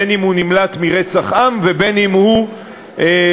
בין שהוא נמלט מרצח עם ובין שהוא מסתנן